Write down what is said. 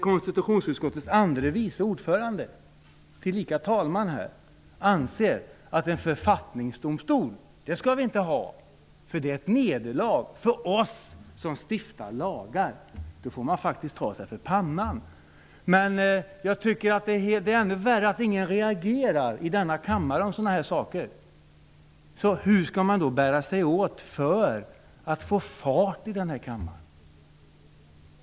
Konstitutionsutskottets andre vice ordförande, tillika talman, anser att vi inte skall inrätta en författningsdomstol, eftersom det skulle vara ett nederlag för oss som stiftar lagar. Man får faktiskt ta sig för pannan när man hör sådant. Ännu värre är att ingen i denna kammare reagerar på sådana här saker. Hur skall man bära sig åt för att få fart på den här kammaren?